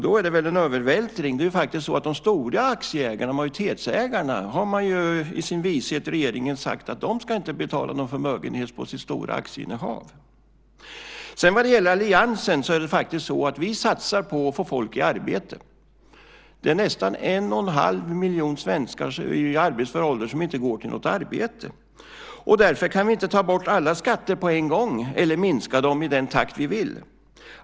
Då är det väl en övervältring. När det gäller de stora aktieägarna, majoritetsägarna, har ju regeringen i sin vishet sagt att de inte ska betala någon förmögenhetsskatt på sitt stora aktieinnehav. Vad sedan gäller alliansen är det faktiskt så att vi satsar på att få folk i arbete. Det är nästan en och en halv miljon svenskar i arbetsför ålder som inte går till något arbete. Därför kan vi inte ta bort alla skatter på en gång eller minska dem i den takt vi vill.